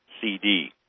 CD